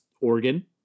organ